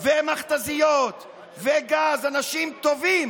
ומכת"זיות וגז, אנשים טובים